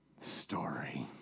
story